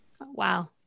wow